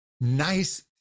nice